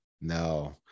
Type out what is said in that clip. no